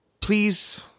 please